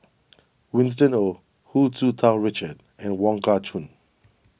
Winston Oh Hu Tsu Tau Richard and Wong Kah Chun